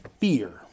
fear